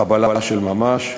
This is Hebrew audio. חבלה של ממש,